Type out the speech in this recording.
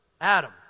Adam